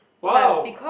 wow